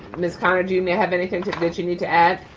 ms. connor, do you and yeah have anything that you need to add?